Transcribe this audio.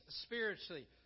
spiritually